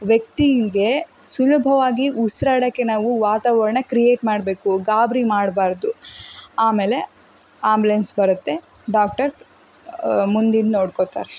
ವ್ಯಕ್ತಿಗೆ ಸುಲಭವಾಗಿ ಉಸಿರಾಡಕ್ಕೆ ನಾವು ವಾತಾವರಣ ಕ್ರಿಯೇಟ್ ಮಾಡಬೇಕು ಗಾಬರಿ ಮಾಡಬಾರ್ದು ಆಮೇಲೆ ಆಂಬುಲೆನ್ಸ್ ಬರತ್ತೆ ಡಾಕ್ಟರ್ ಮುಂದಿಂದು ನೋಡ್ಕೋತಾರೆ